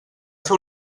fer